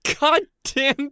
goddamn